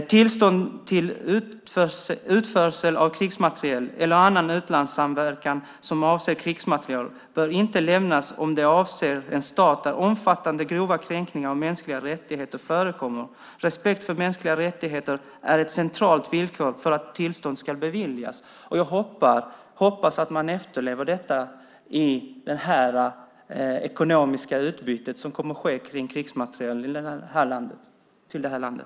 "Tillstånd till utförsel av krigsmateriel, eller annan utlandssamverkan som avser krigsmateriel, bör inte lämnas om det avser stat där omfattande och grova kränkningar av mänskliga rättigheter förekommer. Respekt för mänskliga rättigheter är ett centralt villkor för att tillstånd skall beviljas." Jag hoppas att man efterlever detta i det ekonomiska utbyte som kommer att ske beträffande krigsmateriel med det här landet.